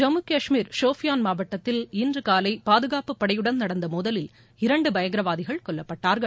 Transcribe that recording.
ஜம்மு கஷ்மீர் ஷேப்பியான் மாவட்டத்தில் இன்று காலை பாதுகாப்பு படையுடன் நடந்த மோதலில் இரண்டு பயங்கரவாதிகள் கொல்லப்பட்டார்கள்